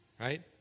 right